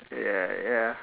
ya ya